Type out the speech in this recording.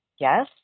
yes